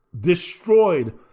destroyed